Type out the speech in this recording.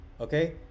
okay